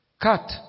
cut